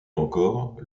encore